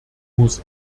muss